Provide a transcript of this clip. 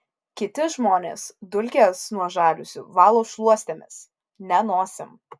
kiti žmonės dulkes nuo žaliuzių valo šluostėmis ne nosim